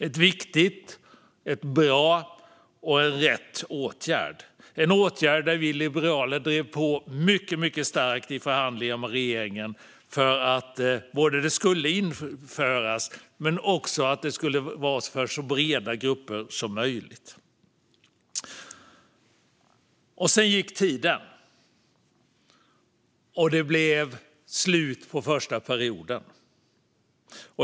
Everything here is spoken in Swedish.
Det var en viktig, bra och rätt åtgärd. Vi liberaler drev på mycket starkt i förhandlingen med regeringen både gällande att det skulle införas och att det skulle vara för så breda grupper som möjligt. Sedan gick tiden, och det blev slut på första perioden.